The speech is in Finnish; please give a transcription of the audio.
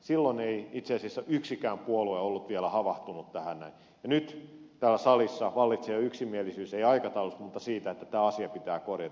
silloin ei itse asiassa yksikään puolue ollut vielä havahtunut tähän näin ja nyt täällä salissa vallitsee yksimielisyys ei aikataulusta mutta siitä että tämä asia pitää korjata